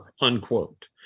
unquote